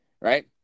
right